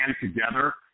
together